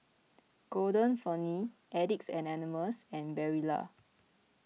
Golden Peony Addicts Anonymous and Barilla